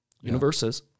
universes